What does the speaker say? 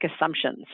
assumptions